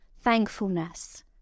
thankfulness